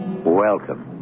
Welcome